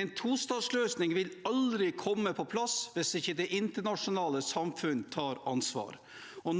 En tostatsløsning vil aldri komme på plass hvis ikke det internasjonale samfunnet tar ansvar.